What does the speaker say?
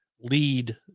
lead